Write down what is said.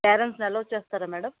పేరెంట్స్ని అలౌ చేస్తారా మేడం